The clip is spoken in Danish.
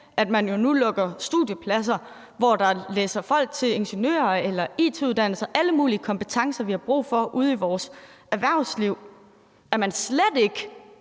at man jo nu lukker studiepladser, hvor folk læser til ingeniør, eller it-uddannelser – alle mulige kompetencer, vi har brug for ude i vores erhvervsliv? Forholder man sig slet ikke